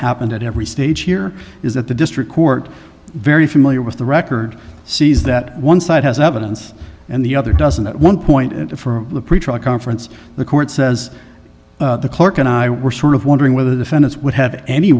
happened at every stage here is that the district court very familiar with the record sees that one side has evidence and the other doesn't at one point for the pretrial conference the court says the clerk and i were sort of wondering whether the fenice would have any